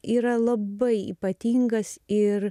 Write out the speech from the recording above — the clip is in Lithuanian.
yra labai ypatingas ir